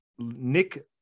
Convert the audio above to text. Nick